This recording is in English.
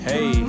Hey